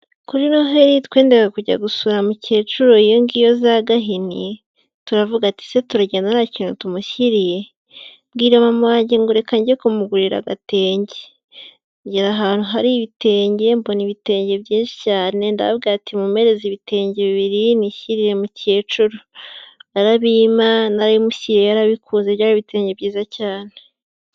Kuri noheli twendaga kujya gusura mukecuru iyo ngiyo za Gahini, turavuga ati: "se turagenda nta kintu tumushyiriye?" Mbwira mama wange ngo reka njye kumugurira agatenge. Ngera ahantu hari ibitenge mbona ibitenge byinshi cyane ndabwira ati: "mumpereze ibitenge bibiri nishyiriye mukecuru." Barabimpa narabimushyiriye, yarabikunze, byari ibitenge byiza cyane.